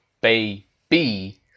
baby